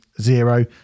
zero